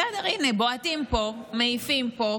בסדר, הינה, בועטים פה, מעיפים פה.